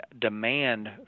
demand